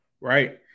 right